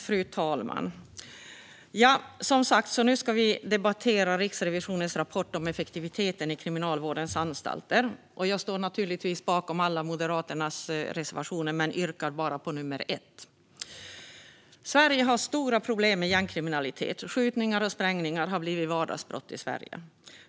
Fru talman! I dag ska vi debattera Riksrevisionens rapport om effektiviteten vid Kriminalvårdens anstalter. Jag står naturligtvis bakom alla Moderaternas reservationer men yrkar bifall bara till nummer 1. Sverige har stora problem med gängkriminalitet. Skjutningar och sprängningar har blivit vardagsbrott i Sverige.